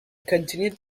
continued